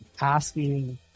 asking